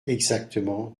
exactement